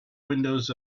windows